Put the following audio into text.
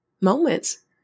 moments